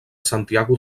santiago